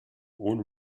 ohne